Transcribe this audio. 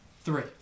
Three